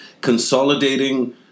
Consolidating